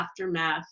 aftermath